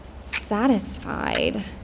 satisfied